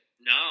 No